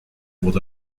what